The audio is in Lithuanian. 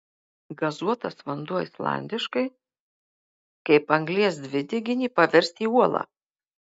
gazuotas vanduo islandiškai kaip anglies dvideginį paversti į uolą